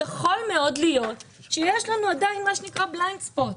יכול מאוד להיות שעדיין יש לנו מה שנקרא בליינד ספוט.